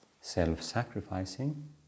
self-sacrificing